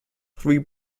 three